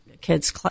kids